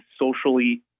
socially